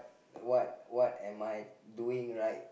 what what am I doing right